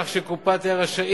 כך שקופה תהא רשאית